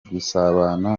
gusabana